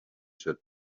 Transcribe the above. said